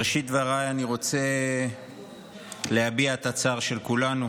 בראשית דבריי אני רוצה להביע את הצער של כולנו